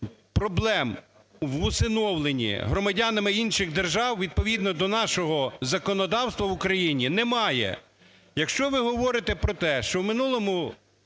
проблем в усиновленні громадянами інших держав відповідно до нашого законодавства в Україні немає. Якщо ви говорите про те, що у минулому